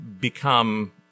become